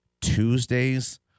Tuesdays